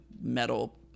metal